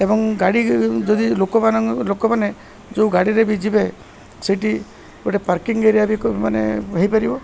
ଏବଂ ଗାଡ଼ି ଯଦି ଲୋକମାନଙ୍କ ଲୋକମାନେ ଯେଉଁ ଗାଡ଼ିରେ ବି ଯିବେ ସେଇଠି ଗୋଟେ ପାର୍କିଂ ଏରିଆ ବି ମାନେ ହେଇପାରିବ